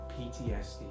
PTSD